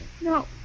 No